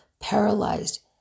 paralyzed